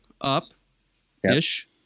up-ish